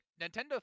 Nintendo